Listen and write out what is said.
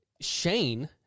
shane